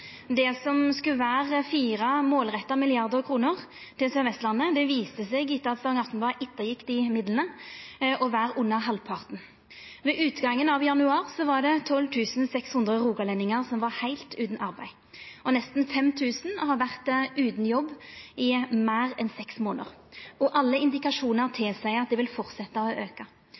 Det som skulle vera 4 målretta milliardar kroner til Sør-Vestlandet, viste seg etter at Stavanger Aftenblad ettergjekk desse midlane, å vera under halvparten. Ved utgangen av januar var det 12 600 rogalendingar som var heilt utan arbeid, og nesten 5 000 har vore utan jobb i meir enn seks månader, og alle indikasjonar tilseier at det vil fortsetja å auka.